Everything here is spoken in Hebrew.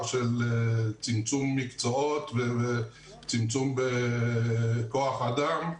של צמצום מקצועות וצמצום בכוח אדם.